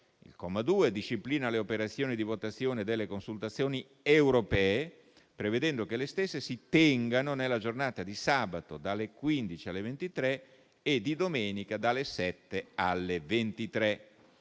il comma 2 disciplina le operazioni di votazione delle consultazioni europee, prevedendo che le stesse si tengano nella giornata di sabato dalle ore 15 alle ore 23 e di domenica dalle ore 7 alle ore